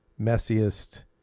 messiest